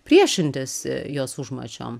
priešintis jos užmačiom